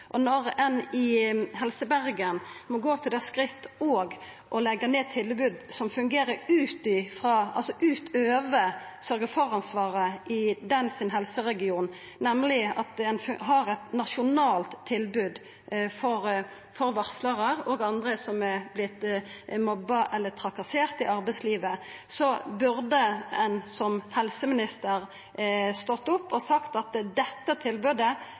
Og når ein i Helse Bergen òg må gå til det skrittet å leggja ned tilbod som fungerer utover sørgje-for-ansvaret i deira helseregion, nemleg at ein har eit nasjonalt tilbod for varslarar og andre som har vorte mobba eller trakasserte i arbeidslivet, burde ein som helseminister stått opp og sagt at dette tilbodet